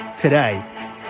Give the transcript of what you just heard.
today